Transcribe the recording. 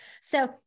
So-